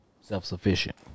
self-sufficient